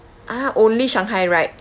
ah only shanghai right